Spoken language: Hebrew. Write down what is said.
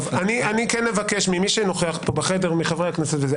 אני כן אבקש ממי שנוכח כאן בחדר, מחברי הכנסת.